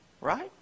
Right